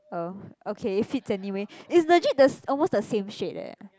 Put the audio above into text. oh okay it fits anyway it legit the s~ almost the same shade eh